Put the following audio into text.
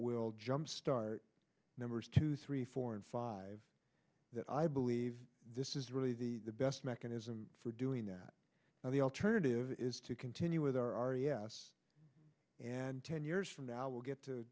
will jumpstart numbers two three four and five that i believe this is really the best mechanism for doing that now the alternative is to continue with our yes and years from now we'll get to